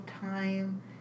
time